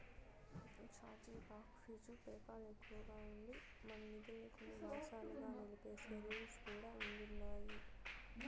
charge back fee PayPal ఎక్కువగా ఉండి, మన నిదుల్మి కొన్ని మాసాలుగా నిలిపేసే రూల్స్ కూడా ఉండిన్నాయి